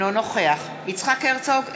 אינו נוכח יצחק הרצוג,